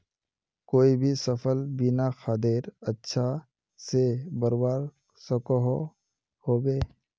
कोई भी सफल बिना खादेर अच्छा से बढ़वार सकोहो होबे?